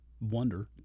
wonder